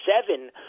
seven